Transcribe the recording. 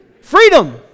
freedom